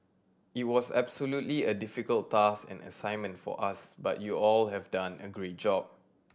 it was absolutely a difficult task and assignment for us but you all have done a great job